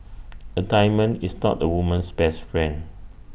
A diamond is not A woman's best friend